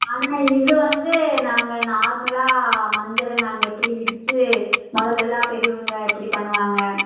ஆனால் இது வந்து நாங்கள் நார்மலாக மஞ்சளை நாங்கள் எப்படி இடிச்சி முதல்லலாம் பெரியவங்க எப்படி பண்ணுவாங்க